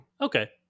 okay